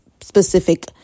specific